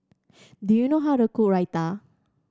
do you know how to cook Raita